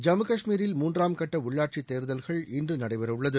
ஜம்மு காஷ்மீரில் மூன்றாம் கட்ட உள்ளாட்சித் தேர்தல்கள் இன்று நடைபெறவுள்ளது